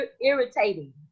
irritating